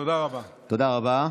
תודה רבה.